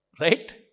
Right